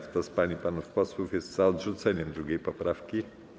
Kto z pań i panów posłów jest za odrzuceniem 2. poprawki?